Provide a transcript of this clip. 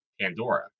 Pandora